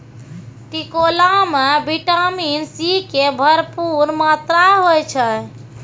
टिकोला मॅ vitamin C के भरपूर मात्रा होय छै